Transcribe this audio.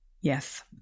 Yes